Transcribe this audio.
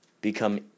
Become